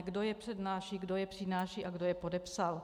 Kdo je přednáší, kdo je přináší a kdo je podepsal.